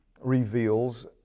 reveals